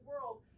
world